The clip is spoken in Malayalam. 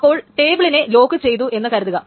അപ്പോൾ ടേബിളിനെ ലോക്കുചെയ്തു എന്നു കരുതുക